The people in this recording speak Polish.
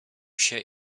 się